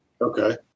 Okay